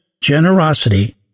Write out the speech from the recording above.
generosity